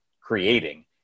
creating